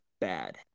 bad